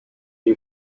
iyi